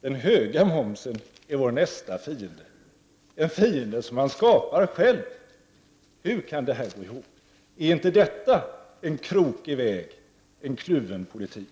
Den höga momsen är vår nästa fiende, en fiende som man skapar själv. Hur kan det här gå ihop? Är inte detta en krokig väg, en kluven politik?